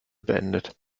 beendet